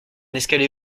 escalier